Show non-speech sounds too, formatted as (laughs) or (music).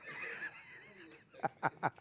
(laughs)